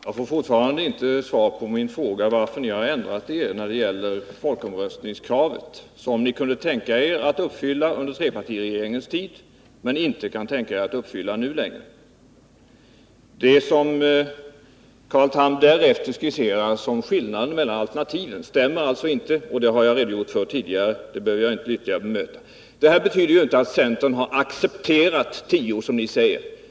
Herr talman! Jag har fortfarande inte fått svar på min fråga om varför ni har ändrat er i folkomröstningskravet, som ni kunde tänka er att uppfylla under trepartiregeringens tid men som ni inte längre kan tänka er att uppfylla. Den skillnad mellan alternativen som Carl Tham skisserar stämmer inte. Jag har redogjort för detta tidigare och behöver inte bemöta det ytterligare. Men jag vill säga att centern inte har ”accepterat” tio reaktorer, som ni säger.